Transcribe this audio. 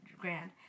grand